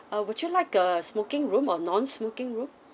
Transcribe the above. uh would you like a smoking room or non smoking room